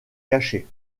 cachée